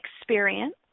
experience